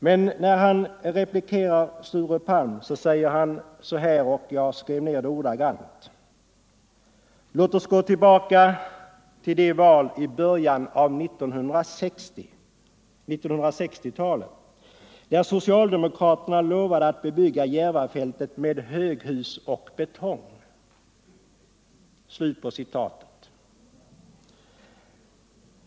Men när han replikerar Sture Palm, jag skrev ned det ordagrant, säger han så här: Låt oss gå tillbaka till det val i början av 1960-talet där socialdemokraterna lovade att bebygga Järvafältet med höghus och betong.